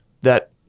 that-